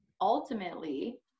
ultimately